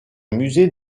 musée